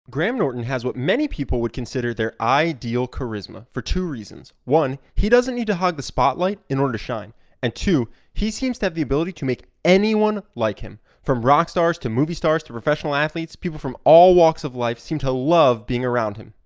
graham norton has what many people would consider their ideal charisma for two reasons one, he doesn't need to hog the spotlight in order to shine and two, he seems to have the ability to make anyone like him. from rock stars to movie stars to professional athletes people from all walks of life seem to love being around him.